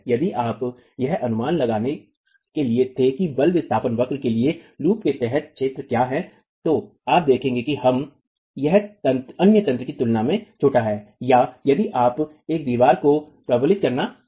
यदि आप यह अनुमान लगाने के लिए थे कि बल विस्थापन वक्र के लिए लूप के तहत क्षेत्र क्या है तो आप देखेंगे कि यह अन्य तंत्रों की तुलना में छोटा है या यदि आप एक दीवार को प्रबलित करना चाहते हैं